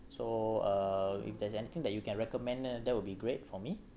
so uh if there's anything that you can recommend that would be great for me